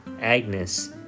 Agnes